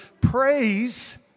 praise